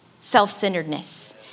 self-centeredness